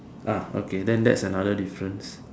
ah okay then that's another difference